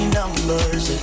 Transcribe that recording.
numbers